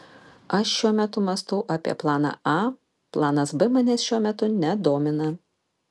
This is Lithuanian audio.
aš šiuo metu mąstau apie planą a planas b manęs šiuo metu nedomina